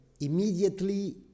immediately